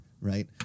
right